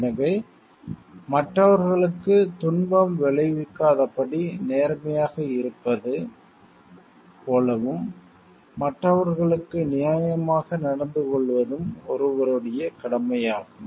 எனவே மற்றவர்களுக்குத் துன்பம் விளைவிக்காதபடி நேர்மையாக இருப்பது போலவும் மற்றவர்களுக்கு நியாயமாக நடந்துகொள்வதும் ஒருவருடைய கடமையாகும்